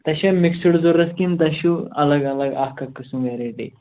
تۄہہِ چھا مِکسٕڈ ضروٗرت کِنہٕ تۄہہِ چھُو الگ الگ اکھ اَکھ قٕسٕم ویرایٹی